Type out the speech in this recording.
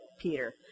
Peter